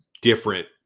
different